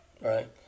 right